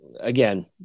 again